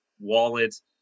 wallets